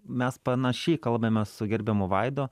mes panašiai kalbame su gerbiamu vaidu